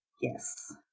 yes